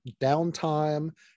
downtime